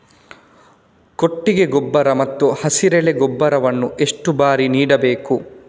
ಕೊಟ್ಟಿಗೆ ಗೊಬ್ಬರ ಮತ್ತು ಹಸಿರೆಲೆ ಗೊಬ್ಬರವನ್ನು ಎಷ್ಟು ಬಾರಿ ನೀಡಬೇಕು?